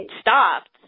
stopped